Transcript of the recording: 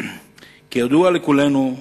כידוע לכולנו,